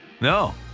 No